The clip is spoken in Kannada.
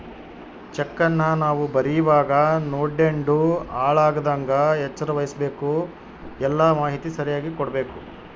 ಚೆಕ್ಕನ್ನ ನಾವು ಬರೀವಾಗ ನೋಡ್ಯಂಡು ಹಾಳಾಗದಂಗ ಎಚ್ಚರ ವಹಿಸ್ಭಕು, ಎಲ್ಲಾ ಮಾಹಿತಿ ಸರಿಯಾಗಿ ಕೊಡ್ಬಕು